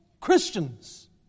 Christians